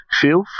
feel